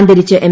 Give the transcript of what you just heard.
അന്തരിച്ച എം